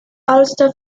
ulster